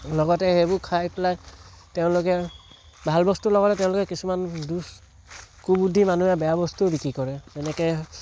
লগতে সেইবোৰ খাই পেলাই তেওঁলোকে ভাল বস্তুৰ লগতে কিছুমান কুবুদ্ধি মানুহে বেয়া বস্তু বিকি কৰে যেনেকৈ